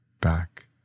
back